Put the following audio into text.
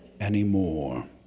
Anymore